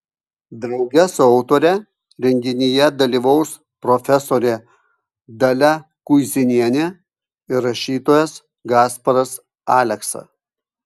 drauge su autore renginyje dalyvaus profesorė dalia kuizinienė ir rašytojas gasparas aleksa